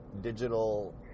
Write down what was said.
digital